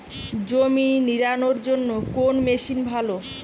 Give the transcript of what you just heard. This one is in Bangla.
জমি নিড়ানোর জন্য কোন মেশিন ভালো?